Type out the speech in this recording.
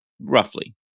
roughly